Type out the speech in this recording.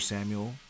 Samuel